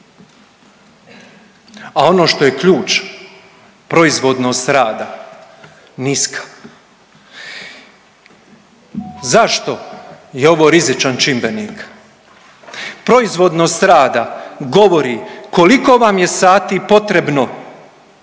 A ono što je ključ, proizvodnost rada niska. Zašto je ovo rizičan čimbenik? Proizvodnost rada govori koliko vam je sati potrebno